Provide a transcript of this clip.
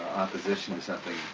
opposition to something